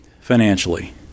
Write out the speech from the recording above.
financially